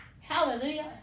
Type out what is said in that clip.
Hallelujah